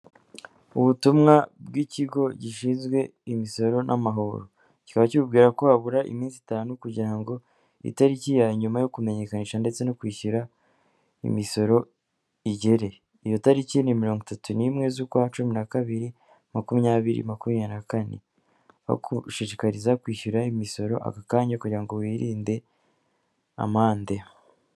Ubutumwa bw'ikigo gishinzwe imisoro n'amahoro kika kibwira ko habura iminsi 5 kugira ngo itariki ya nyuma yo kumenyekanisha ndetse no kwishyura imisoro igere. Iyo tariki 31/12/2024 bagushishikariza kwishyura imisoro aka kanya kugira ngo wirinde amande